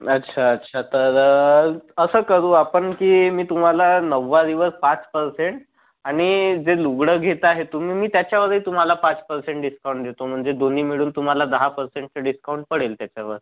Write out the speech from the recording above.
अच्छा अच्छा तर असं करू आपण की मी तुम्हाला नऊवारीवर पाच परसेंट आणि जे लुगडं घेत आहे तुम्ही मी त्याच्यावरही तुम्हाला पाच परसेंट डिस्काउंट देतो म्हणजे दोन्ही मिळून तुम्हाला दहा परसेंटचं डिस्काउंट पडेल त्याच्यावर